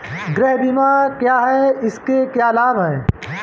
गृह बीमा क्या है इसके क्या लाभ हैं?